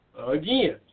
Again